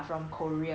so like